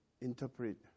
interpret